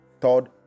third